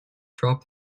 drop